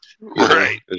Right